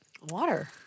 Water